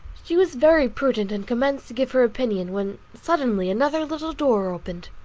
she was very prudent and commenced to give her opinion when suddenly another little door opened.